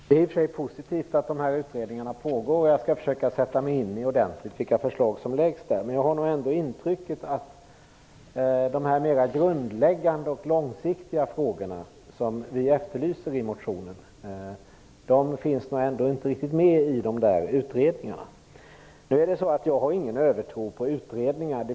Herr talman! Det är i och för sig positivt att dessa utredningar pågår. Jag skall försöka sätta mig in ordentligt i vilka förslag som läggs fram där. Jag har nog ändå intrycket att de mer grundläggande och långsiktiga frågorna som vi efterlyser i motionen inte finns med i utredningarna. Jag har ingen övertro på utredningar.